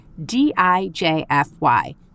DIJFY